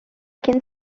can